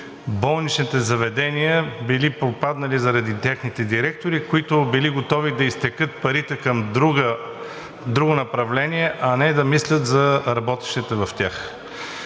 болничните заведения били пропаднали заради техните директори, които били готови да изтекат парите към друго направление, а не да мислят за работещите в тях.